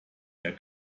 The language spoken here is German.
der